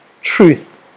truth